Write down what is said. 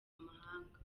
amahanga